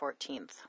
14th